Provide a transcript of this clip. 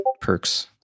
perks